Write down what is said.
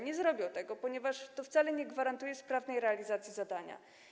Nie zrobią tego, ponieważ to wcale nie gwarantuje sprawnej realizacji zadania.